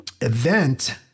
event